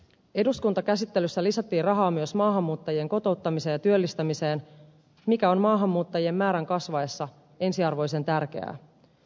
eduskuntakäsittelyssä lisättiin rahaa myös maahanmuuttajien kotouttamiseen ja työllistämiseen mikä on maahanmuuttajien määrän kasvaessa ensiarvoisen tärkeää